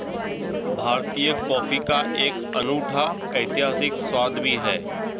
भारतीय कॉफी का एक अनूठा ऐतिहासिक स्वाद भी है